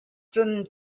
cun